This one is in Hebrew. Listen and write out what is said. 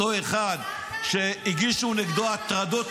אתה לא דואג, אני אגיד לך למה אתה לא דואג.